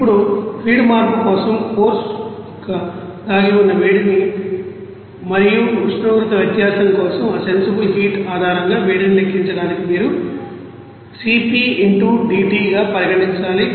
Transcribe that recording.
ఇప్పుడు ఫీడ్ మార్పు కోసం కోర్సు యొక్క దాగి ఉన్న వేడిని మరియు ఉష్ణోగ్రత వ్యత్యాసం కోసం ఆ సెన్సిబుల్ హీట్ ఆధారంగా వేడిని లెక్కించడానికి మీరు C p into D t గా పరిగణించాలి